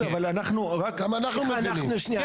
גם אנחנו מבינים.